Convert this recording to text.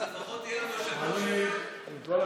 אז לפחות יהיה לנו יושב ראש, למדנו מכם.